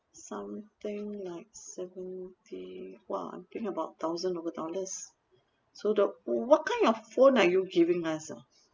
something like seventy !wah! I'm looking at about thousand over dollars so do~ what kind of phone are you giving us orh